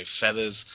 feathers